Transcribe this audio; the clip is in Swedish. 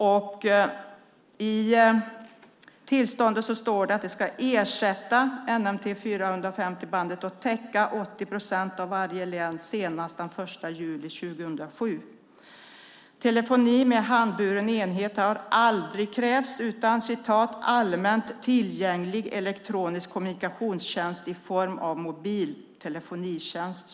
I tillståndet står det att det ska ersätta NMT 450-bandet och täcka 80 procent av varje län senast den 1 juli 2007. Telefoni med handburen enhet har aldrig krävts utan "allmänt tillgänglig elektronisk kommunikationstjänst i form av mobil telefonitjänst".